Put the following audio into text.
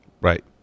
Right